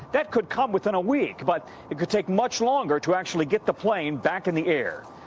that could come within a week but it could take much longer to actually get the plane back in the air.